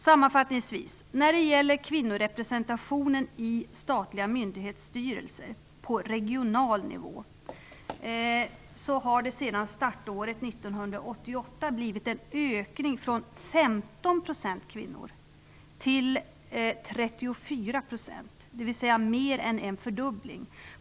Sammanfattningsvis: Kvinnorepresentationen i statliga myndighetsstyrelser på regional nivå har sedan startåret 1988 ökat från 15 % till 34 %, dvs. kvinnorepresentationen har mer än fördubblats.